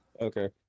Okay